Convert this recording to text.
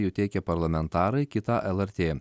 jų teikia parlamentarai kitą lrt